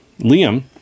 Liam